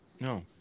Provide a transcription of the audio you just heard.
No